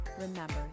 remember